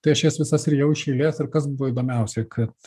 tai aš jas visas rijau iš eilės ir kas buvo įdomiausiai kad